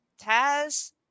Taz